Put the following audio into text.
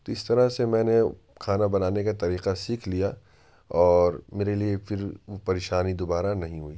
تو اس طرح سے میں نے کھانا بنانے کا طریقہ سیکھ لیا اور میرے لیے پھر وہ پریشانی دوبارہ نہیں ہوئی